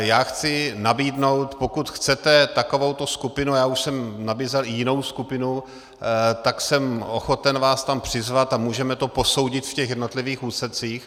Já chci nabídnout, pokud chcete takovouto skupinu já už jsem nabízel i jinou skupinu , jsem ochoten vás tam přizvat a můžeme to posoudit v těch jednotlivých úsecích.